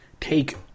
take